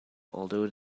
although